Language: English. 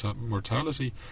mortality